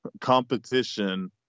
competition